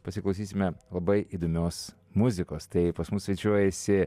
pasiklausysime labai įdomios muzikos tai pas mus svečiuojasi